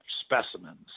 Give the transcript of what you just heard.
specimens